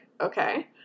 Okay